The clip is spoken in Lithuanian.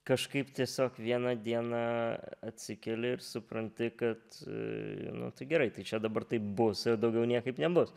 kažkaip tiesiog vieną dieną atsikeli ir supranti kad nu tai gerai tai čia dabar taip bus ir daugiau niekaip nebus